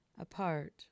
apart